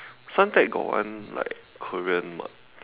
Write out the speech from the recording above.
Suntec got one like Korean mart